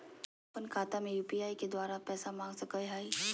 हम अपन खाता में यू.पी.आई के द्वारा पैसा मांग सकई हई?